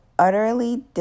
Utterly